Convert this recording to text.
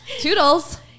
toodles